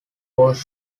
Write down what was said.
was